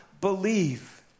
believe